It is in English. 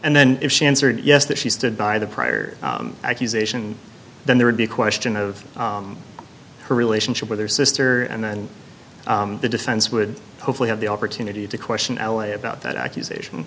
and then if she answered yes that she stood by the prior accusation then there would be a question of her relationship with her sister and then the defense would hopefully have the opportunity to question l a about that accusation